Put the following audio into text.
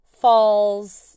falls